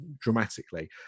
dramatically